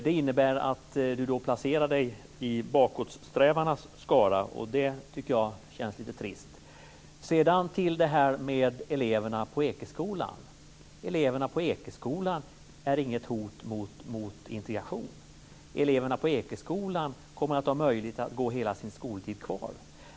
Det innebär att han placerar sig i bakåtsträvarnas skara, och det känns lite trist. Eleverna på Ekeskolan är inget hot mot integrationen. De kommer att ha möjlighet att gå kvar där hela sin skoltid.